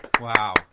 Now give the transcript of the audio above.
Wow